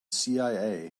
cia